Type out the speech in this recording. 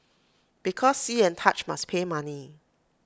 because see and touch must pay money